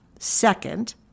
Second